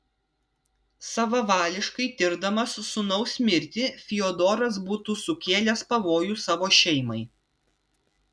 savavališkai tirdamas sūnaus mirtį fiodoras būtų sukėlęs pavojų savo šeimai